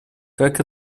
как